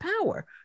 power